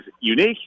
unique